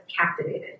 captivated